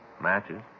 Matches